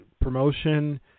promotion